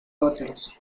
otros